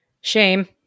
Shame